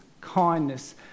kindness